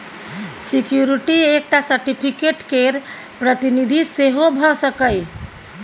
security एकटा certificate केर प्रतिनिधि सेहो भ सकैए